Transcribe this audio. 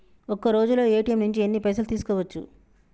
ఒక్కరోజులో ఏ.టి.ఎమ్ నుంచి ఎన్ని పైసలు తీసుకోవచ్చు?